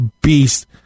beast